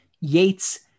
Yates